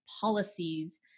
policies